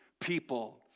people